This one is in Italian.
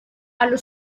allo